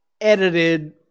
edited